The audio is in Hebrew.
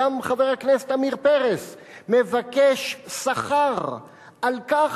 גם חבר הכנסת עמיר פרץ מבקש שכר על כך